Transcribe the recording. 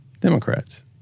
Democrats